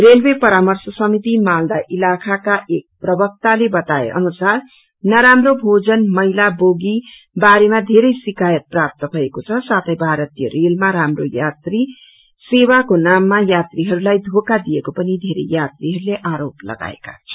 railway परार्मश समिति माला ईलाकाका एक प्रवक्ताले बताए अनुसार नराम्रो भोजन मैला बोगी बारेमा धेरै शिकायत प्राप्त भएको छ साथै भारतीय रेलमा राम्रो यात्री सेवाको नाममा यात्रीहरूलाई धोखा दिएको पनि धेरै यात्रीहरूले आरोप लगाएका छन्